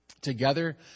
together